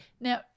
Now